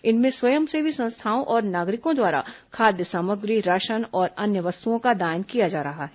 इसमें स्वयंसेवी संस्थाओं और नागरिकों द्वारा खाद्य सामग्री राशन और अन्य वस्तुओं का दान किया जा रहा है